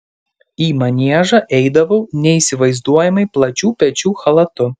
į maniežą eidavau neįsivaizduojamai plačių pečių chalatu